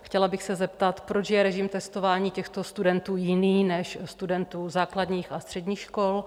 Chtěla bych se zeptat, proč je režim testování těchto studentů jiný než studentů základních a středních škol.